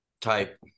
type